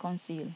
Council